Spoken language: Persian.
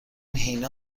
هینا